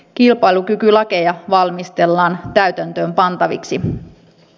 kilpailukykylakeja valmistellaan täytäntöön pantaviksi